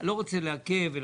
אני לא רוצה לעכב.